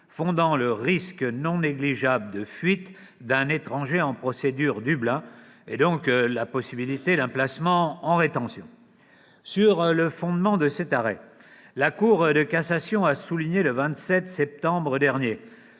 fondant le « risque non négligeable de fuite » d'un étranger en procédure Dublin, et donc la possibilité d'un placement en rétention. Sur le fondement de cet arrêt, la Cour de cassation a souligné, le 27 septembre dernier,